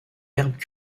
herbes